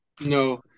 No